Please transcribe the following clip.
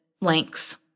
lengths